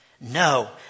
No